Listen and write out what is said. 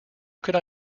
could